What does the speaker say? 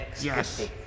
Yes